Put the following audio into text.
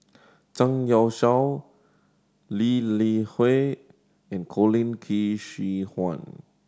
Zhang Youshuo Lee Li Hui and Colin Qi Zhe Quan